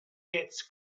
gets